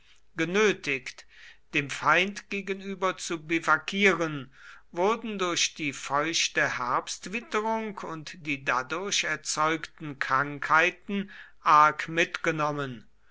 genötigt dem feind gegenüber zu biwakieren wurden durch die feuchte herbstwitterung und die dadurch erzeugten krankheiten arg mitgenommen